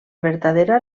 vertadera